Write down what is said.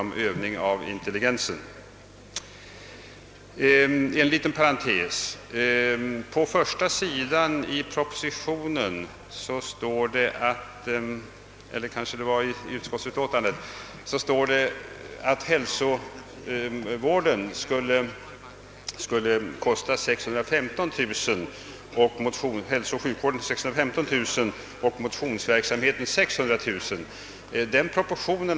Här vill jag komma med en liten parentes. På första sidan i utskottsutlåtandet står att hälsooch sjukvården skulle kosta 615 000 kronor och motionsverksamheten 600 000 kronor.